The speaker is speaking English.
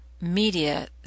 media